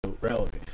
relevant